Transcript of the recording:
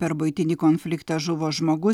per buitinį konfliktą žuvo žmogus